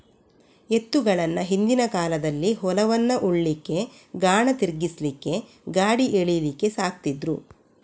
ಎತ್ತುಗಳನ್ನ ಹಿಂದಿನ ಕಾಲದಲ್ಲಿ ಹೊಲವನ್ನ ಉಳ್ಲಿಕ್ಕೆ, ಗಾಣ ತಿರ್ಗಿಸ್ಲಿಕ್ಕೆ, ಗಾಡಿ ಎಳೀಲಿಕ್ಕೆ ಸಾಕ್ತಿದ್ರು